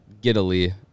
giddily